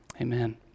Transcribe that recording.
amen